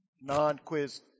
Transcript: non-quiz